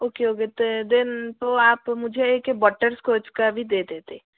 okay okay then तो आप मुझे एक बटरस्कोच का भी दे देते